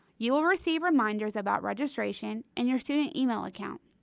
you will receive reminders about registration in your student email account.